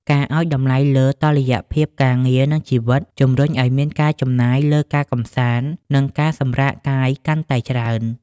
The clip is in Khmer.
ការឱ្យតម្លៃលើ "តុល្យភាពការងារ និងជីវិត" ជម្រុញឱ្យមានការចំណាយលើការកម្សាន្ត និងការសម្រាកកាយកាន់តែច្រើន។